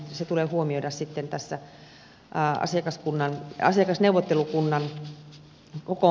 se tulee huomioida sitten tässä asiakasneuvottelukunnan kokoonpanossa